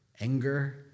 anger